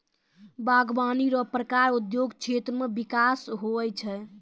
बागवानी रो प्रकार उद्योग क्षेत्र मे बिकास हुवै छै